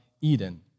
Eden